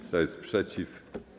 Kto jest przeciw?